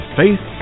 faith